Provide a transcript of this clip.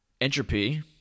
entropy